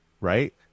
right